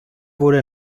wurde